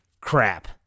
Crap